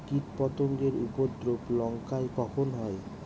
কীটপতেঙ্গর উপদ্রব লঙ্কায় কখন হয়?